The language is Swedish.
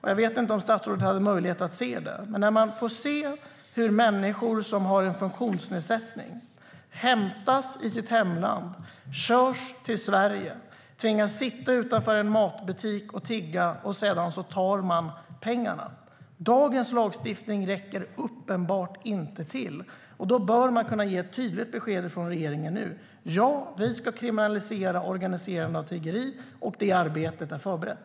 Jag vet inte om statsrådet hade möjlighet att se detta, men vi har kunnat se hur en människa med funktionsnedsättning hämtas i sitt hemland, körs till Sverige, tvingas sitta utanför en matbutik och tigga för att sedan tas ifrån pengarna. Dagens lagstiftning räcker uppenbart inte till. Därför bör regeringen kunna ge ett tydligt besked nu om att man ska kriminalisera organiserande av tiggeri, och det arbetet är förberett.